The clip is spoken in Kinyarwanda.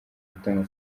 gutanga